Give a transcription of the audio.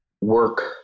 work